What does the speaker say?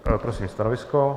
Prosím stanovisko.